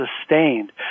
sustained